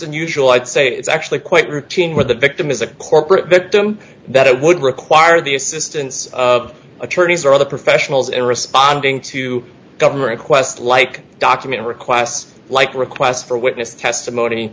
unusual i'd say it's actually quite routine where the victim is a corporate victim that would require the assistance of attorneys or other professionals in responding to government inquest like document requests like requests for witness testimony